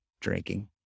drinking